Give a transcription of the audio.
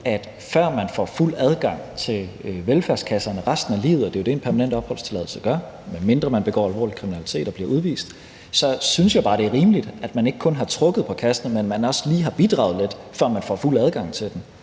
man, før man får fuld adgang til velfærdskassen resten af livet, som jo er det, man får med en permanent opholdstilladelse, medmindre man begår alvorlig kriminalitet og bliver udvist, ikke kun har trukket af kassen, men at man også lige har bidraget lidt, altså før man får fuld adgang til den.